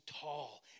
tall